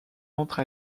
entre